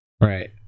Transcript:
Right